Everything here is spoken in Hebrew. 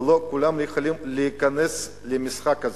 ולא כולם יכולים להיכנס למשחק הזה.